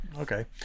okay